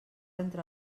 entre